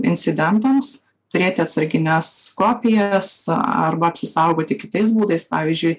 incidentams turėti atsargines kopijas arba apsisaugoti kitais būdais pavyzdžiui